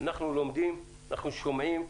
אנחנו לומדים, אנחנו שומעים,